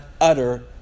utter